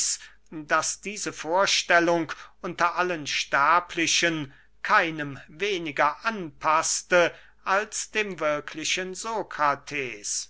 daß diese vorstellung unter allen sterblichen keinem weniger anpaßte als dem wirklichen sokrates